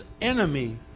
enemy